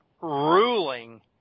ruling